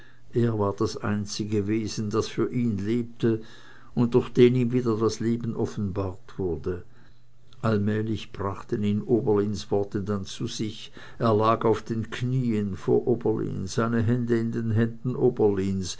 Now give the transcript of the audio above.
er war das einzige wesen das für ihn lebte und durch den ihm wieder das leben offenbart wurde allmählich brachten ihn oberlins worte dann zu sich er lag auf den knieen vor oberlin seine hände in den händen oberlins